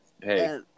Hey